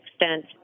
extent